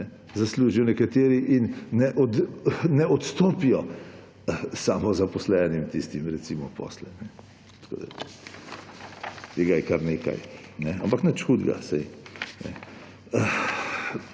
zaslužijo nekateri in ne odstopijo samozaposlenim, tistim recimo, posle. Tako je tega kar nekaj. Ampak nič hudega, saj